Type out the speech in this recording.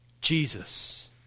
Jesus